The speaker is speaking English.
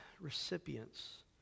recipients